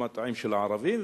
במטעים של הערבים,